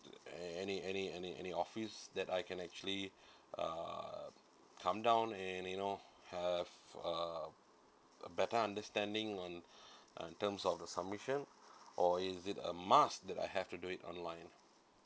any any any any office that I can actually uh come down and you know have a better understanding on uh terms of the submission is it a must that I have to do it online